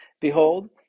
Behold